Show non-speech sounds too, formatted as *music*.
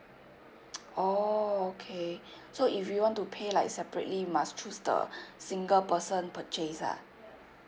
oh okay *breath* so if we want to pay like separately must choose the *breath* single person purchase ah